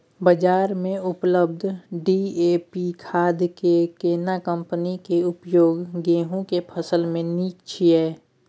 बाजार में उपलब्ध डी.ए.पी खाद के केना कम्पनी के उपयोग गेहूं के फसल में नीक छैय?